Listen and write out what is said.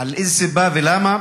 אין סיבה ולמה,